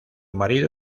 marido